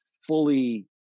fully